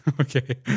Okay